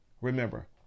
remember